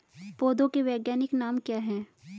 पौधों के वैज्ञानिक नाम क्या हैं?